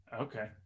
okay